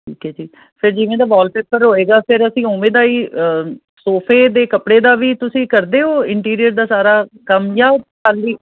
ਠੀਕ ਹੈ ਜੀ ਫਿਰ ਜਿਵੇਂ ਦਾ ਵੋਲਪੇਪਰ ਹੋਏਗਾ ਫਿਰ ਅਸੀਂ ਉਵੇਂ ਦਾ ਹੀ ਸੋਫੇ ਦੇ ਕੱਪੜੇ ਦਾ ਵੀ ਤੁਸੀਂ ਕਰਦੇ ਹੋ ਇੰਟੀਰੀਅਰ ਦਾ ਸਾਰਾ ਕੰਮ ਜਾਂ ਉਹ ਖਾਲੀ